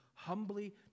humbly